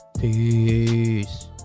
Peace